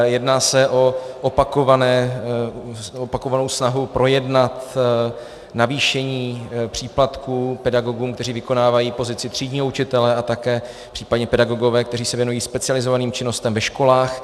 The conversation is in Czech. Jedná se o opakovanou snahu projednat navýšení příplatků pedagogům, kteří vykonávají pozici třídního učitele, a také případně pedagogům, kteří se věnují specializovaným činnostem ve školách.